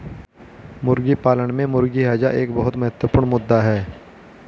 मुर्गी पालन में मुर्गी हैजा एक बहुत महत्वपूर्ण मुद्दा है